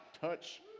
touch